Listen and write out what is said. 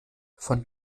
von